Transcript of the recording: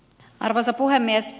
arvoisa puhemies